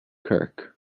kirk